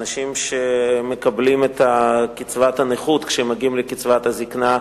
אנשים שמקבלים את קצבת הנכות כשהם מגיעים לקצבת הזיקנה,